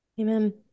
Amen